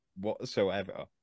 whatsoever